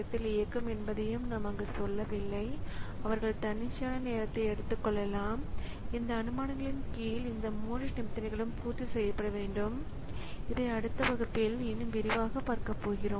நாங்கள் டேட்டாவை செயலாக்குகிறோம் பிறகு குறுக்கீட்டிலிருந்து திரும்புவோம் அதன் பிறகு குறுக்கீடு முடிந்ததும் ஸிபியு குறுக்கிடப்பட்ட பணியை மீண்டும் செயலாக்க தொடங்கி தொடரும்